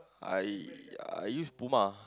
I I use Puma